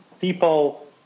people